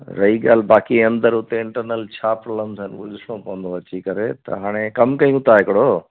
रही ॻाल्हि बाक़ी अंदरि हुते इंटरनल छा प्रोब्लम्स आहिनि उहो ॾिसिणो पवंदो अची करे त हाणे कमु कयूं था हिकिड़ो